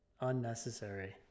unnecessary